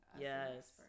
yes